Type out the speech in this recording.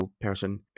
person